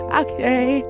okay